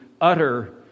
utter